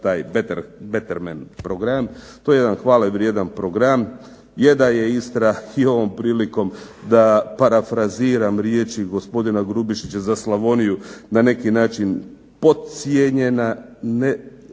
taj Betterment program, to je jedan hvalevrijedan program. Je da je Istra i ovom prilikom, da parafraziram riječi gospodina Grubišića za Slavoniju, ne neki način podcijenjena,